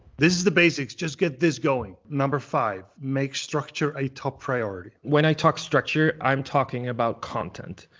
this is the basics. just get this going. number five, make structure a top priority. when i talk structure, i'm talking about content.